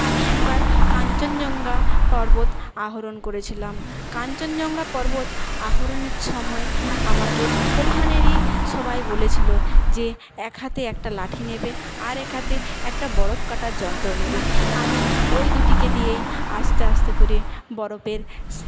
আমি একবার কাঞ্চনজঙ্ঘা পর্বত আরোহণ করেছিলাম কাঞ্চনজঙ্ঘা পর্বত আরোহণের সময়ে আমাকে ওখানেরই সবাই বলেছিল যে এক হাতে একটা লাঠি নেবে আর এক হাতে একটা বরফ কাটার যন্ত্র নেবে আমি ওই দুটিকে দিয়েই আস্তে আস্তে করে বরফের